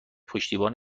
پشتیبان